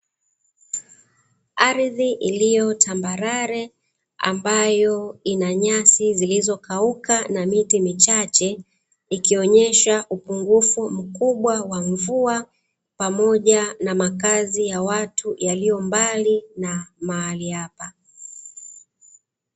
Ardhi iliyotambarare ambayo ina nyasi zilizokauka na miti michache, ikionyesha upungufu mkubwa wa mvua, pamoja na makazi ya watu yaliyo mbali na mahali hapa.